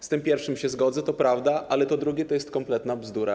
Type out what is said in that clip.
Z tym pierwszym się zgodzę, to prawda, ale to drugie to jest kompletna bzdura.